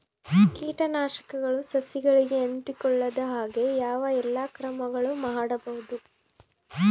ಕೇಟನಾಶಕಗಳು ಸಸಿಗಳಿಗೆ ಅಂಟಿಕೊಳ್ಳದ ಹಾಗೆ ಯಾವ ಎಲ್ಲಾ ಕ್ರಮಗಳು ಮಾಡಬಹುದು?